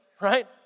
right